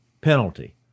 Penalty